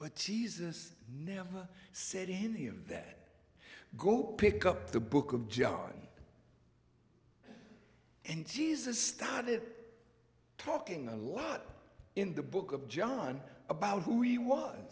but jesus never said any of that go pick up the book of john and jesus started talking a lot in the book of john about who he was